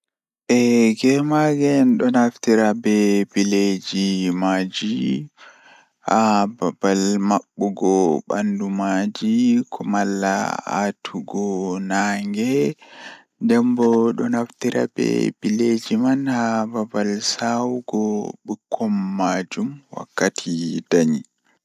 Jokkondir cuuraande water, sabu detergent, e vinegar walla baking soda. Njidi sabu walla vinegar nder ndiyam e fittaade sabu walla baking soda nder carpet ngal. Hokkondir ƴettude ngal e kuutorgol e siki e njidi. Jokkondir carpet ngal sabu kadi ndiyam so tawii sabu waawataa njiddaade walla dawwitde.